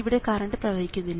ഇവിടെ കറണ്ട് പ്രവഹിക്കുന്നില്ല